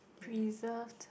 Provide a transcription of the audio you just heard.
preserved